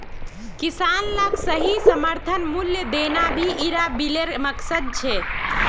किसान लाक सही समर्थन मूल्य देना भी इरा बिलेर मकसद छे